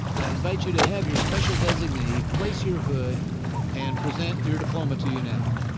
i invite you to have your special designee place your hood and present your diploma to you now.